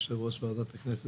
יושב-ראש ועדת הכנסת,